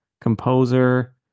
composer